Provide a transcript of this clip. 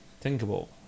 thinkable